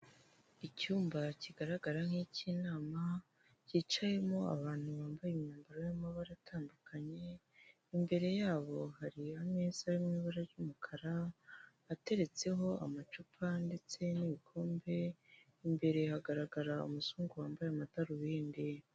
Icyumba kigaragara nk'icy'inama, cyicayemo abantu bambaye imyambaro y'amabara atandukanye, imbere yabo hari ameza ari mu ibara ry'umukara, ateretseho amacupa ndetse n'ibikombe, imbere hagaragara umuzungu wambaye amadarubindi.